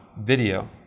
video